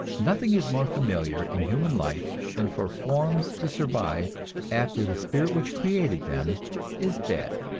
nothing is more familiar in human life than for forms to survive after the spirit which created them is dead